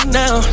now